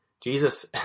Jesus